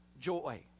joy